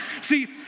See